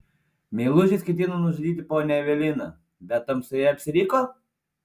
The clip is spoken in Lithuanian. meilužis ketino nužudyti ponią eveliną bet tamsoje apsiriko